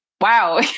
wow